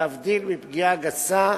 להבדיל מפגיעה גסה,